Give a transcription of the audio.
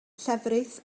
llefrith